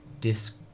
disc